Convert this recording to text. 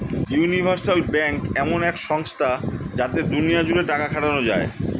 universal bank এমন এক সংস্থা যাতে দুনিয়া জুড়ে টাকা খাটানো যায়